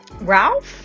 ralph